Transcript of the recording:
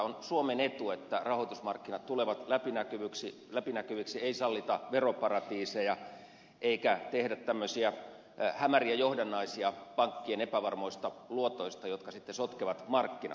on suomen etu että rahoitusmarkkinat tulevat läpinäkyviksi ei sallita veroparatiiseja eikä tehdä tämmöisiä hämäriä johdannaisia pankkien epävarmoista luotoista jotka sitten sotkevat markkinat